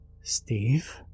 Steve